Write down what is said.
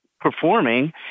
performing